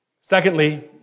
Secondly